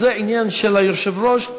זה עניין של היושב-ראש,